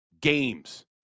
games